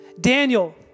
Daniel